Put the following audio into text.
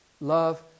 Love